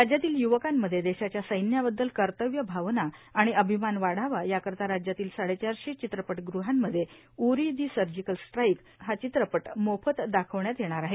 राज्यातील य्वकांमध्ये देशाच्या सैन्याबददल कर्तव्यभावना आणि अभिमान वाढावा याकरिता राज्यातील साडेचारशे चित्रपटगृहमध्ये श्उरी दि सर्जिकल स्ट्राइकश्र हा चित्रपटा मोफत दाखवण्यात वेणार आहे